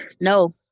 No